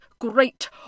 great